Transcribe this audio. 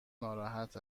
ناراحت